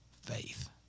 faith